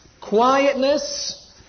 quietness